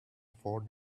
four